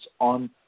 on